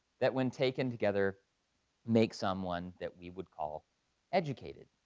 that when taken together makes someone that we would call educated.